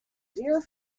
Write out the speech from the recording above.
dear